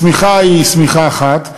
השמיכה היא שמיכה אחת.